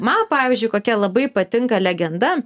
man pavyzdžiui kokia labai patinka legenda